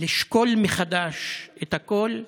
לשקול מחדש את הכול,